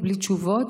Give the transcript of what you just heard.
בלי תשובות,